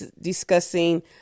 discussing